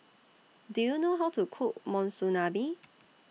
Do YOU know How to Cook Monsunabe